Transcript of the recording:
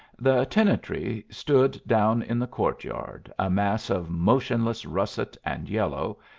the tenantry stood down in the court-yard, a mass of motionless russet and yellow,